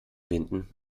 binden